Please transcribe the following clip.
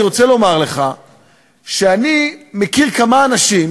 אני רוצה לומר לך שאני מכיר כמה אנשים